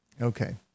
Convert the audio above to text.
Okay